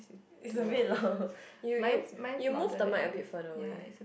is a bit loud you you you move the mic a bit further away